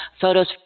photos